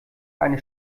eine